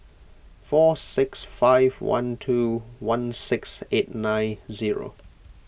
four six five one two one six eight nine zero